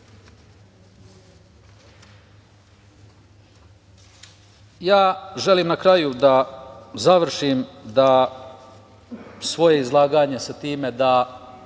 krizi. Želim na kraju da završim svoje izlaganje sa time da